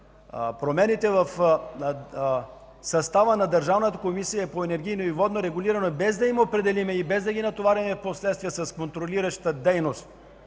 промените в състава на Държавната комисия за енергийно и водно регулиране, без да им определим, без да ги натоварим впоследствие с контролираща дейност,